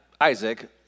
Isaac